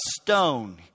stone